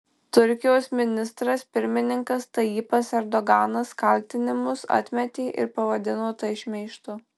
turkijos ministras pirmininkas tayyipas erdoganas kaltinimus atmetė ir pavadino tai šmeižtu